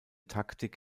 taktik